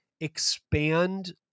expand